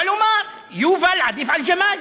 כלומר: יובל עדיף על ג'מאל,